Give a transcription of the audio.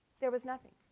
there was nothing.